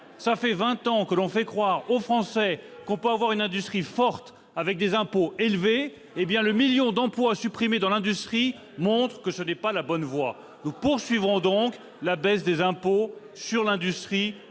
vingt ans que l'on fait croire aux Français qu'on peut avoir une industrie forte avec des impôts élevés. Le million d'emplois supprimés dans l'industrie montre que ce n'est pas la bonne voie. Nous poursuivrons donc la baisse des impôts sur l'industrie